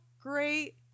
great